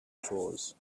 chores